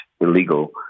illegal